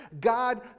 God